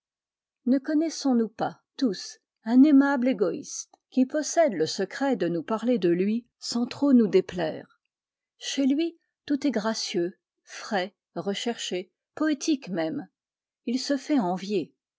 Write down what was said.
ne connaissons-nous pas tous un aimable égoïste qui possède le secret de nous parler de lui sans trop nous déplaire chez lui tout est gracieux frais recherché poétique même il se fait envier